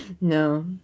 No